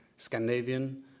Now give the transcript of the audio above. Scandinavian